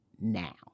now